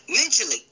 Mentally